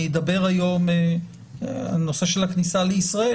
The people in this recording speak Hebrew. אני אדבר היום על הנושא של הכניסה לישראל,